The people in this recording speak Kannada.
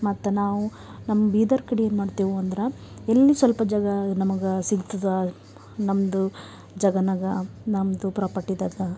ಮತ್ತು ನಾವು ನಮ್ಮ ಬೀದರ್ ಕಡೆ ಏನು ಮಾಡ್ತೀವಿ ಅಂದ್ರೆ ಎಲ್ಲಿ ಸ್ವಲ್ಪ ಜಾಗ ನಮಗೆ ಸಿಕ್ತದೆ ನಮ್ಮದು ಜಾಗನಾಗ ನಮ್ಮದು ಪ್ರಾಪರ್ಟಿದಾಗ